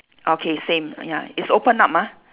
okay same ya it's open up ah